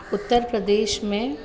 उत्तर प्रदेश में